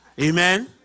Amen